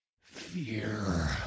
fear